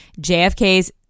JFK's